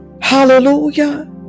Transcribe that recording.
Hallelujah